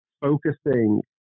focusing